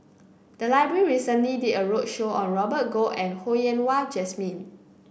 the library recently did a roadshow on Robert Goh and Ho Yen Wah Jesmine